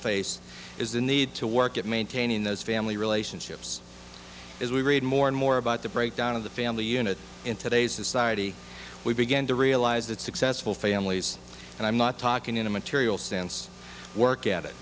face is the need to work at maintaining those family relationships as we read more and more about the breakdown of the family unit in today's society we begin to realize that successful families and i'm not talking in a material sense work at it